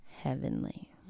Heavenly